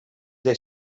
del